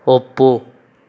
ಒಪ್ಪು